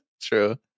True